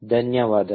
ಧನ್ಯವಾದಗಳು